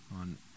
on